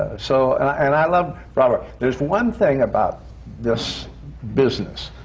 so and i and i love broadway. there's one thing about this business.